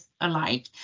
alike